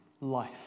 life